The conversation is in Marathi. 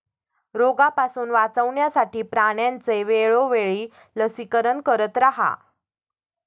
रोगापासून वाचवण्यासाठी प्राण्यांचे वेळोवेळी लसीकरण करत रहा